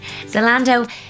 Zalando